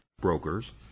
Brokers